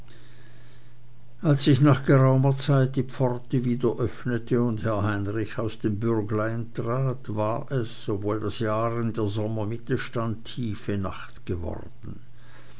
als sich nach geraumer zeit die pforte wieder öffnete und herr heinrich aus dem bürglein trat war es obwohl das jahr in der sommermitte stand tiefe nacht geworden